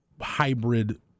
hybrid